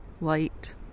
Light